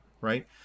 right